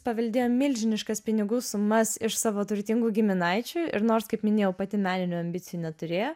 paveldėjo milžiniškas pinigų sumas iš savo turtingų giminaičių ir nors kaip minėjau pati meninių ambicijų neturėjo